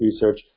research